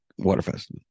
Waterfest